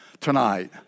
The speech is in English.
tonight